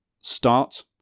start